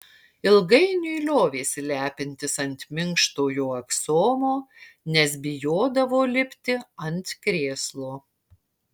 ilgainiui liovėsi lepintis ant minkštojo aksomo nes bijodavo lipti ant krėslo